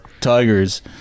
tigers